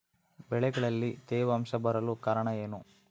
ಬೆಳೆಗಳಲ್ಲಿ ತೇವಾಂಶ ಬರಲು ಕಾರಣ ಏನು?